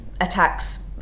attacks